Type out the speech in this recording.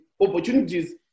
opportunities